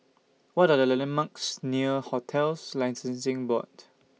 What Are The The landmarks near hotels Licensing Board